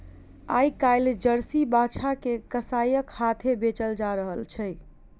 आइ काल्हि जर्सी बाछा के कसाइक हाथेँ बेचल जा रहल छै